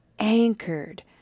anchored